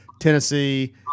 Tennessee